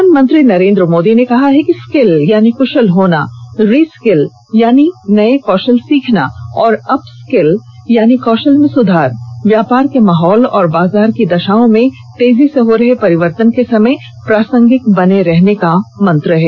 प्रधानमंत्री नरेन्द्र मोदी ने कहा है कि स्किल यानि कुशल होना री स्किल यानि नए कौशल सीखना और अप स्किल यानि कौशल में सुधार व्यापार के माहौल और बाजार की दशाओं में तेजी से हो रहे परिवर्तन के समय प्रासंगिक बने रहने के मंत्र हैं